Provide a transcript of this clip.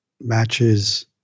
matches